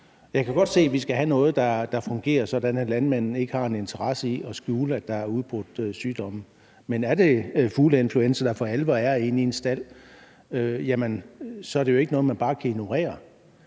Jeg kan godt se, at vi skal have noget, der fungerer sådan, at landmændene ikke har en interesse i at skjule, at der er udbrudt sygdom, men er det fugleinfluenza, der for alvor er inde i en stald, er det jo ikke noget, man bare kan ignorere.